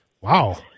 Wow